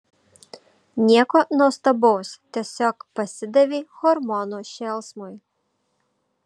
nieko nuostabaus tiesiog pasidavei hormonų šėlsmui